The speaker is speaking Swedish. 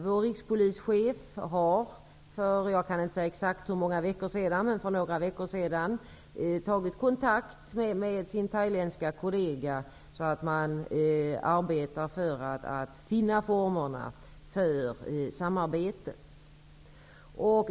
Vår rikspolischef har för några veckor sedan -- jag kan inte säga exakt hur många -- tagit kontakt med sin thailändska kollega, och man arbetar nu för att finna formerna för samarbetet.